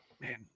man